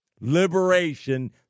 Liberation